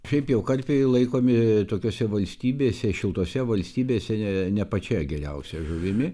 šiaip jau karpiai laikomi tokiose valstybėse šiltose valstybėse ne ne pačia geriausia žuvimi